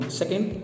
second